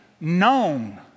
known